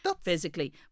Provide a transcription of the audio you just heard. physically